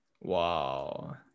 Wow